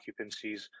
occupancies